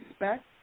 respect